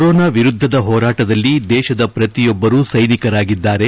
corona ವಿರುಧ್ರದ ಹೋರಾಟದಲ್ಲಿ ದೇಶದ ಪ್ರತಿಯೊಬ್ಲರು ಸೈನಿಕರಾಗಿದ್ದಾರೆ